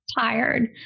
tired